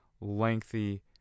lengthy